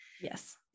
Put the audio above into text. Yes